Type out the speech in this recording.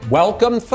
welcome